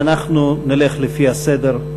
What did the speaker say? ואנחנו נלך לפי הסדר.